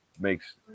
Makes